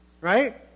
Right